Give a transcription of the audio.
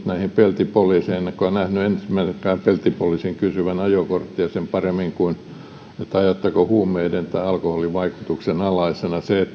peltipoliiseihin en ole nähnyt ensimmäisenkään peltipoliisin kysyvän ajokorttia sen paremmin kuin sitä että ajatteko huumeiden tai alkoholin vaikutuksen alaisena siinä että näin on